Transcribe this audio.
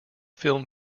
film